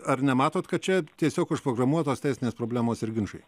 ar nematote kad čia tiesiog užprogramuotos teisinės problemos ir ginčai